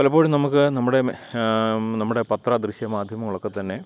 പലപ്പോഴും നമുക്ക് നമ്മുടെ നമ്മുടെ പത്ര ദൃശ്യമാധ്യമങ്ങളൊക്കെത്തന്നെ